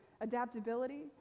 adaptability